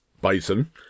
Bison